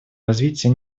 развитие